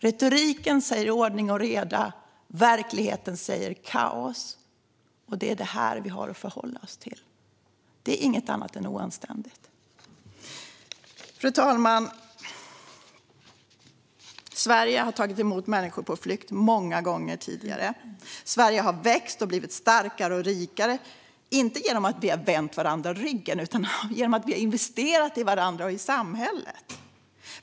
Retoriken säger ordning och reda; verkligheten säger kaos. Det är detta vi har att förhålla oss till. Det är inget annat än oanständigt. Fru talman! Sverige har tagit emot människor på flykt många gånger tidigare. Sverige har vuxit och blivit starkare och rikare, inte genom att vi har vänt varandra ryggen utan genom att vi har investerat i varandra och i samhället.